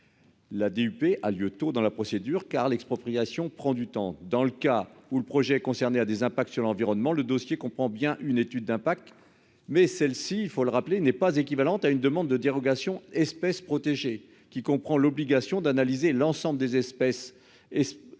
La DUP a lieu tôt dans la procédure car l'expropriation prend du temps. Dans le cas où le projet concerné a des impacts sur l'environnement, le dossier comprend bien une étude d'impact, mais celle-ci, il faut le rappeler, n'est pas équivalente à une demande de dérogation espèces protégées qui comprend l'obligation d'analyser l'ensemble des espèces et les